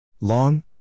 long